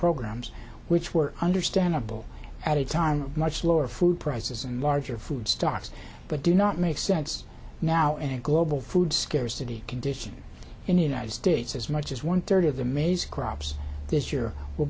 programs which were understandable at a time of much lower food prices and larger food stocks but do not make sense now and global food scarcity conditions in the united states as much as one third of the maize crops this year will